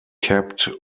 kept